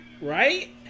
Right